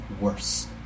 worse